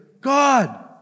God